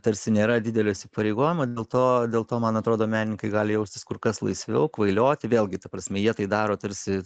tarsi nėra didelio įsipareigojimo dėl to dėl to man atrodo menininkai gali jaustis kur kas laisviau kvailioti vėlgi ta prasme jie tai daro tarsi